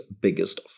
biggest